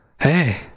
Hey